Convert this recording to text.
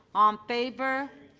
um favor.